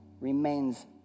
remains